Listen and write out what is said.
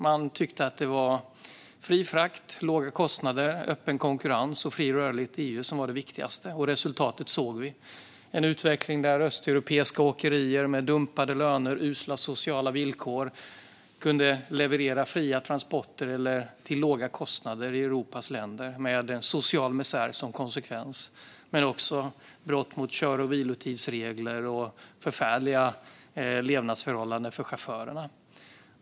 Man tyckte att fri frakt, låga kostnader, öppen konkurrens och fri rörlighet var det viktigaste, och resultatet såg vi: en utveckling där östeuropeiska åkerier med dumpade löner och usla sociala villkor kunde leverera fria transporter till låga kostnader i Europas länder med en social misär som konsekvens men också med brott mot kör och vilotidsregler och förfärliga levnadsförhållanden för chaufförerna.